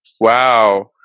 Wow